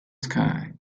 sky